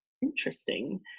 interesting